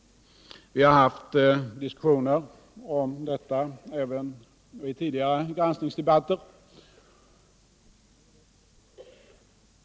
Vi har haft diskussioner om detta även vid tidigare granskningsdebatter.